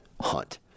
hunt